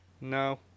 No